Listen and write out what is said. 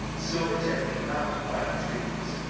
silvertip cannot climb trees.